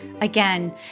Again